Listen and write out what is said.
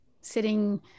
sitting